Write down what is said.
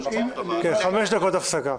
חמש דקות הפסקה.